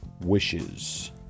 wishes